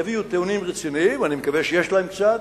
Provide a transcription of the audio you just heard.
יביאו טיעונים רציניים, ואני מקווה שיש להם קצת.